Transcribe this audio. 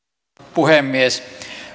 puhemies